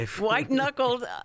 White-knuckled